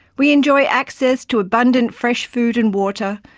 we enjoy access to abundant fresh food and water,